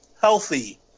healthy